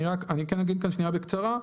אני כן אגיד כאן שנייה בקצרה,